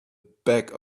back